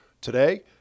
Today